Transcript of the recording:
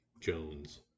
Jones